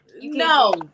no